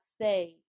say